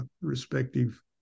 respective